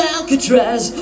Alcatraz